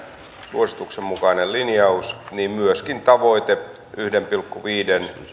suosituksen mukainen lin jaus myöskin tavoitteen yhden pilkku viiden